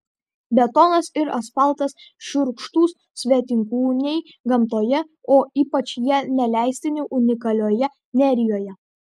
betonas ir asfaltas šiurkštūs svetimkūniai gamtoje o ypač jie neleistini unikalioje nerijoje